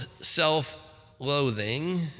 self-loathing